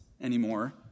anymore